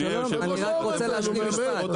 חס ושלום אני רק רוצה להשלים משפט.